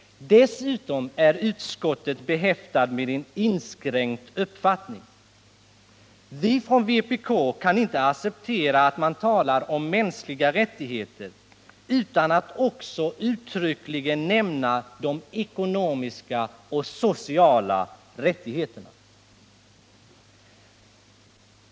Dessutom är utskottet behäftat med en inskränkt uppfattning. Vi från vpk kan inte acceptera att man talar om mänskliga rättigheter utan att också uttryckligen nämna de ekonomiska och sociala rättigheterna.